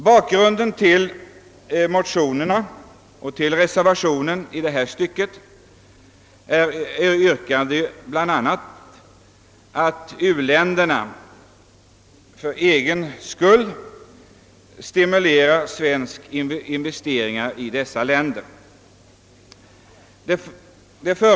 Bakgrunden till motionerna och till reservationen i detta stycke är ett utredningsyrkande bl.a. med anledning av att u-länder i eget intresse stimulerar svenska investeringar i dessa länder.